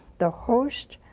the host,